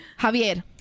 Javier